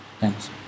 Thanks